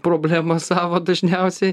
problemas savo dažniausiai